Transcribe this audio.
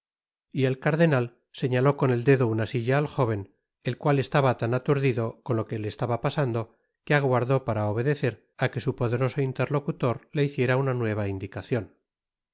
y el cardenal señaló con el dedo una silla al jóven el cual estaba tan aturdido con lo que le estaba pasando que aguardó para obedecer á que su poderoso interlocutor le hiciera una nueva indicacion